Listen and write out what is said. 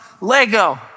Lego